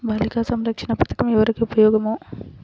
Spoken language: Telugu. బాలిక సంరక్షణ పథకం ఎవరికి ఉపయోగము?